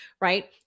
right